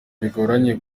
bigoranye